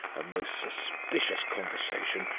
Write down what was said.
a most suspicious conversation,